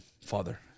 father